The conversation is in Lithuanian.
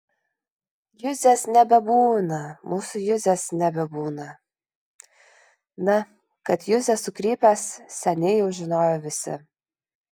juzės nebebūna mūsų juzės nebebūna na kad juzė sukrypęs seniai jau žinojo visi